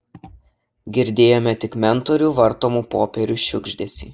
girdėjome tik mentorių vartomų popierių šiugždesį